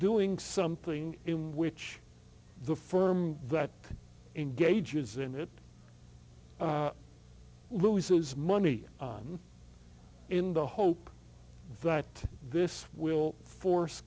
doing something in which the firm that engages in it loses money in the hope that this will force